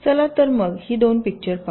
चला तर मग ही दोन पिक्चर पाहू